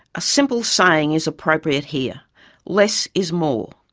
a simple saying is appropriate here less is more.